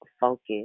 focus